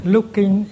Looking